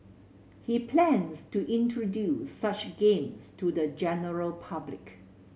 he plans to introduce such games to the general public